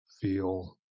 feel